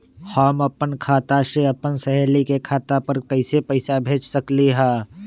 हम अपना खाता से अपन सहेली के खाता पर कइसे पैसा भेज सकली ह?